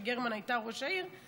כשיעל גרמן הייתה ראש העיר,